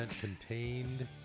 contained